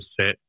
set